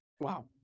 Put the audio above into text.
Wow